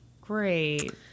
Great